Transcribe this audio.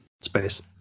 Space